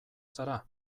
zara